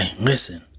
listen